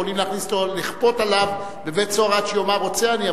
יכולים לכפות עליו בבית-סוהר עד שיאמר "רוצה אני",